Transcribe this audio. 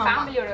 Family